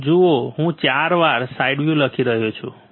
તમે જુઓ હું 4 વાર s w લખી રહ્યો છું